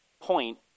point